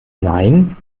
nein